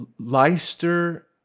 Leicester